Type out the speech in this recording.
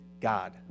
God